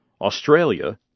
Australia